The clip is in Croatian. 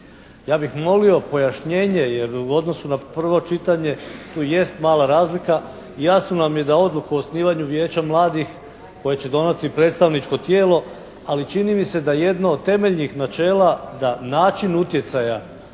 Ja bih molio pojašnjenje jer u odnosu na prvo čitanje tu jest mala razlika. Jasno nam je da odluku o osnivanju vijeća mladih koje će donijeti predstavničko tijelo ali čini mi se da jedno od temeljnih načela da način utjecaja